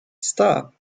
stop